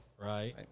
right